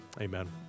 Amen